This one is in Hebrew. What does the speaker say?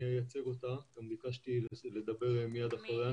אני ביקשתי לדבר מיד אחריה,